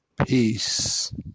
peace